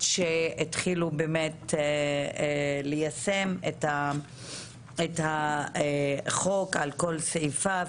שהתחילו באמת ליישם את החוק על כל סעיפיו,